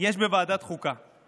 יש בוועדת חוקה.